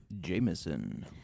Jameson